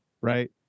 right